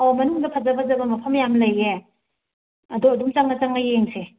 ꯑꯧ ꯃꯅꯨꯡꯗ ꯐꯖ ꯐꯖꯕ ꯃꯐꯝ ꯌꯥꯝ ꯂꯩꯌꯦ ꯑꯗꯣ ꯑꯗꯨꯝ ꯆꯪꯉ ꯆꯪꯉ ꯌꯦꯡꯁꯦ